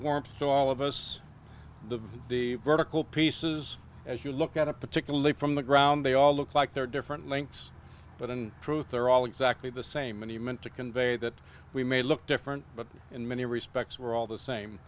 warmth to all of us the the vertical pieces as you look at a particularly from the ground they all look like they're different lengths but in truth they're all exactly the same and he meant to convey that we may look different but in many respects we're all the same